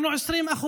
אנחנו 20%